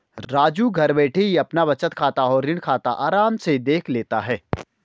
राजू घर बैठे ही अपना बचत खाता और ऋण खाता आराम से देख लेता है